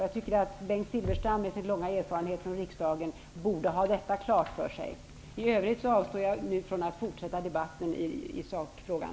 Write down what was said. Jag tycker att Bengt Silfverstrand med sin långa erfarenhet från riksdagen borde ha detta klart för sig. I övrigt avstår jag från att fortsätta debatten i sakfrågan.